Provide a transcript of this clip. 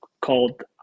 Called